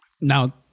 now